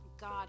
God